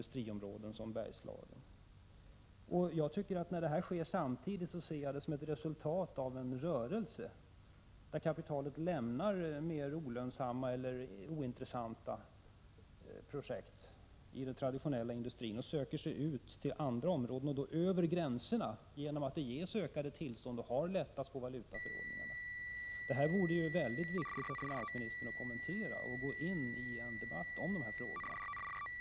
1986/87:14 industriområden som Bergslagen. När detta sker samtidigt ser jag det som 23 oktober 1986 resultat av en rörelse där kapitalet lämnar mer olönsamma eller ointressanta mas sg sr, projektiden traditionella industrin och söker sig över gränserna ut till andra områden. Detta underlättas genom att det ges ökade tillstånd och genom att valutaförordningarna har lättats upp. Det borde vara väldigt viktigt för finansministern att kommentera det här och gå in i en debatt om dessa frågor.